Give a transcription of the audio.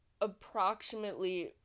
approximately